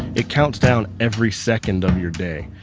it counts down every second of your day.